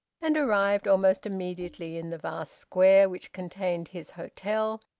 and arrived almost immediately in the vast square which contained his hotel,